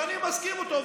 ואני מסכים איתו,